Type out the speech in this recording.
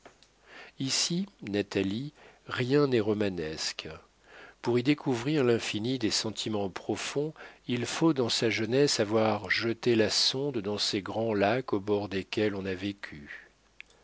ici natalie rien n'est romanesque pour y découvrir l'infini des sentiments profonds il faut dans sa jeunesse avoir jeté la sonde dans ces grands lacs au bord desquels on a vécu